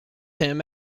him